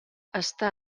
està